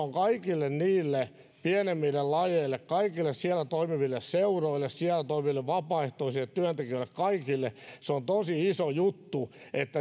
myös kaikille niille pienemmille lajeille kaikille siellä toimiville seuroille siellä toimiville vapaaehtoisille työntekijöille kaikille on tosi iso juttu